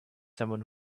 someone